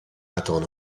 attend